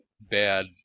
bad